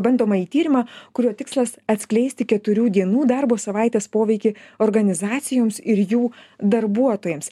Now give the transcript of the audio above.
bandomąjį tyrimą kurio tikslas atskleisti keturių dienų darbo savaitės poveikį organizacijoms ir jų darbuotojams